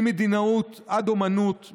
ממדינאות עד אומנות,